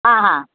हां हां